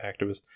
activist